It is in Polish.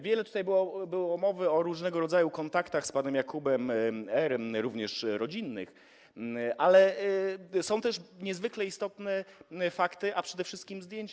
Wiele tutaj było mowy o różnego rodzaju kontaktach z panem Jakubem R., również rodzinnych, ale są też niezwykle istotne fakty, a przede wszystkim zdjęcia.